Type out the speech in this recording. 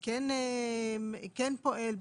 כן פועל בתיק,